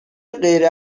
غیر